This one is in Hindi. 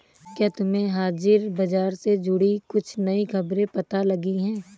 क्या तुम्हें हाजिर बाजार से जुड़ी कुछ नई खबरें पता लगी हैं?